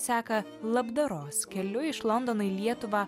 seka labdaros keliu iš londono į lietuvą